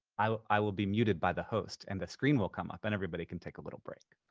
i will be muted by the host and the screen will come up and everybody can take a little break.